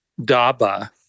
DABA